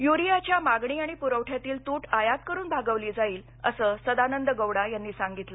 युरियाच्या मागणी आणि पुरवठ्यातील तूट आयात करून भागवली जाईल असं सदानंद गौडा यांनी सांगितलं